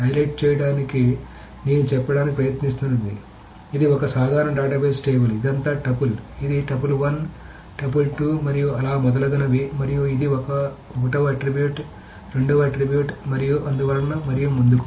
highlight చేయడానికి నేను చెప్పడానికి ప్రయత్నిస్తున్నది ఇది ఒక సాధారణ డేటాబేస్ టేబుల్ ఇదంతా టపుల్ ఇది టపుల్ 1 టపుల్ 2 మరియు అలా మొదలగునవి మరియు ఇది 1 వ ఆట్రిబ్యూట్ 2 వ ఆట్రిబ్యూట్ మరియు అందువలన మరియు ముందుకు